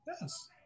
Yes